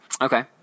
Okay